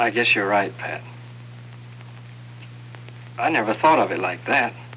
i guess you're right i never thought of it like that